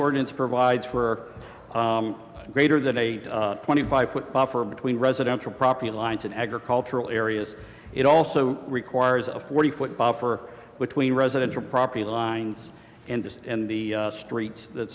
ordinance provides for greater than a twenty five foot buffer between residential property lines and agricultural areas it also requires a forty foot buffer between residential property lines and just in the streets that